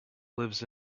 lives